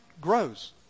grows